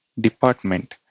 department